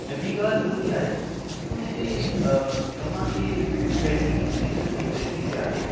ऐं ॿी ॻाल्हि इहो बि आहे की उने में तव्हां खे पंहिंजी सीट ते वेठे विहारे